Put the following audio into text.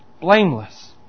blameless